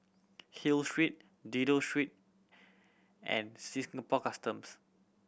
Hill Street Dido Street and Customs